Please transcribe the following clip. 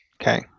Okay